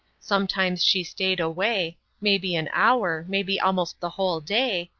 sometimes she stayed away maybe an hour, maybe almost the whole day,